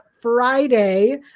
Friday